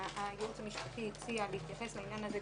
הייעוץ המשפטי הציע להתייחס לעניין הזה.